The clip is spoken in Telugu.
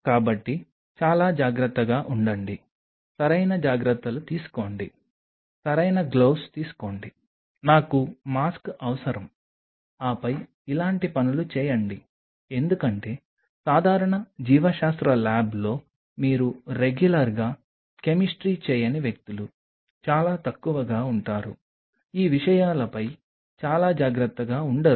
కాబట్టి చాలా జాగ్రత్తగా ఉండండి సరైన జాగ్రత్తలు తీసుకోండి సరైన గ్లోవ్స్ తీసుకోండి నాకు మాస్క్ అవసరం ఆపై ఇలాంటి పనులు చేయండి ఎందుకంటే సాధారణ జీవశాస్త్ర ల్యాబ్లో మీరు రెగ్యులర్ గా కెమిస్ట్రీ చేయని వ్యక్తులు చాలా తక్కువగా ఉంటారు ఈ విషయాలపై చాలా జాగ్రత్తగా ఉండరు